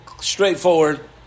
Straightforward